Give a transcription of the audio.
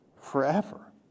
forever